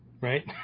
right